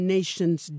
Nations